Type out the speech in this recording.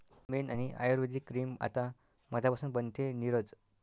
मेण आणि आयुर्वेदिक क्रीम आता मधापासून बनते, नीरज